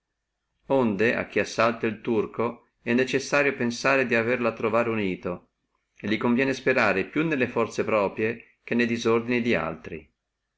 assignate onde chi assalta il turco è necessario pensare di averlo a trovare unito e li conviene sperare più nelle forze proprie che ne disordini daltri